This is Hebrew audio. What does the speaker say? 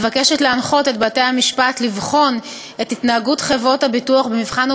מבקשת להנחות את בתי-המשפט לבחון את התנהגות חברות הביטוח במבחן